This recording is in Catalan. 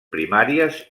primàries